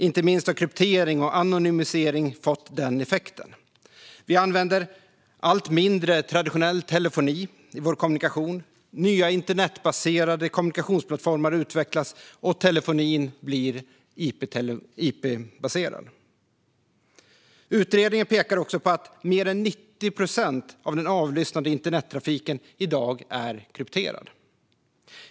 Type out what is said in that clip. Inte minst har kryptering och anonymisering fått den effekten. Vi använder allt mindre traditionell telefoni i vår kommunikation. Nya internetbaserade kommunikationsplattformar utvecklas, och telefonin blir ip-baserad. Utredningen pekar på att mer än 90 procent av den avlyssnade internettrafiken i dag är krypterad.